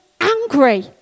angry